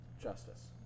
Justice